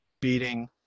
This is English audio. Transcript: beating